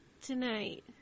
tonight